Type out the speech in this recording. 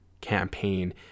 campaign